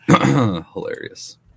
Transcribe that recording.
hilarious